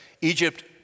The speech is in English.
Egypt